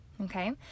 okay